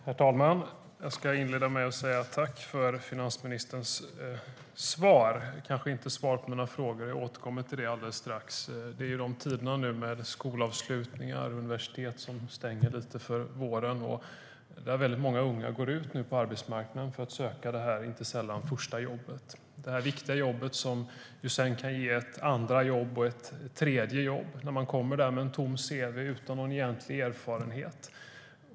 Herr talman! Jag ska inleda med att tacka för finansministerns svar, fast det kanske inte är svar på mina frågor - jag återkommer till det alldeles strax. Det är nu tider med skolavslutningar, universitet som stänger lite för våren och många unga som går ut på arbetsmarknaden för att söka det inte sällan första jobbet, det viktiga jobb som sedan kan ge ett andra jobb och ett tredje jobb, när man kommer där med ett tomt cv utan någon egentlig erfarenhet.